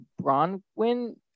Bronwyn